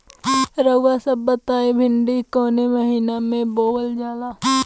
रउआ सभ बताई भिंडी कवने महीना में बोवल जाला?